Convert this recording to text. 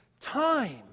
time